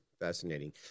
fascinating